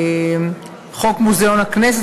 בחוק מוזיאון הכנסת,